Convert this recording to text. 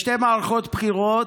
בשתי מערכות בחירות,